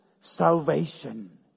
salvation